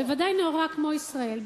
בוודאי נאורה כמו ישראל.